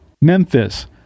Memphis